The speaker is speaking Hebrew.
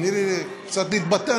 תני לי קצת להתבטא,